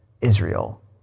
Israel